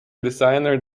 designer